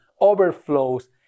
overflows